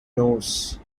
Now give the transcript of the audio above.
knows